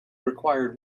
required